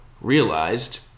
realized